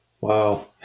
wow